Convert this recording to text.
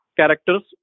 characters